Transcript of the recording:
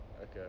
Okay